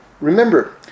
remember